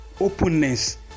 openness